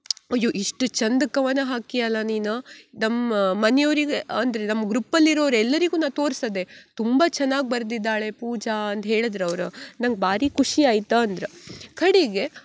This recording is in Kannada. ಅಯ್ಯೊ ಇಷ್ಟು ಚಂದ ಕವನ ಹಾಕಿಯಲ್ಲ ನೀನು ನಮ್ಮ ಮನೆಯವ್ರಿಗೆ ಅಂದರೆ ನಮ್ಮ ಗ್ರುಪ್ಪಲ್ಲಿ ಇರೋವ್ರು ಎಲ್ಲರಿಗೂ ನಾ ತೋರ್ಸಿದೆ ತುಂಬ ಚೆನ್ನಾಗಿ ಬರೆದಿದ್ದಾಳೆ ಪೂಜಾ ಅಂದು ಹೇಳದ್ರು ಅವ್ರು ನಂಗೆ ಭಾರಿ ಖುಷಿ ಆಯ್ತು ಅಂದ್ರೆ ಕಡೆಗೆ